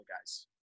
guys